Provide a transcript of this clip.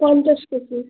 পঞ্চাশ কেজি